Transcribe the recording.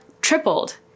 tripled